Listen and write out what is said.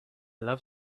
love